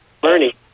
Bernie